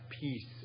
peace